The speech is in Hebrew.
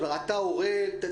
אתה הורה?